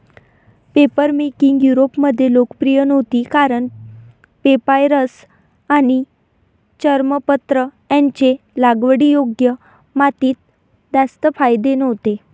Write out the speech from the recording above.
papermaking युरोपमध्ये लोकप्रिय नव्हती कारण पेपायरस आणि चर्मपत्र यांचे लागवडीयोग्य मातीत जास्त फायदे नव्हते